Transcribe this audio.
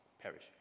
perish